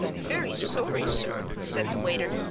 very sorry, sir, said the waiter,